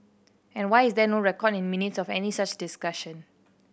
and why is there no record in Minutes of any such discussion